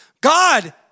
god